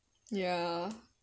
ya